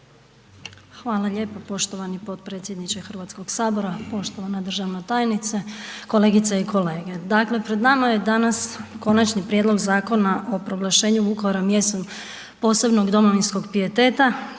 Hvala lijepo poštovani potpredsjedniče HS-a, poštovana državna tajnice, kolegice i kolege. Dakle, pred nama je danas Konačni prijedlog Zakona o proglašenju Vukovara mjestom posebnog domovinskog pijeteta